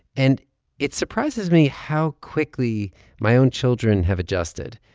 and it surprises me how quickly my own children have adjusted.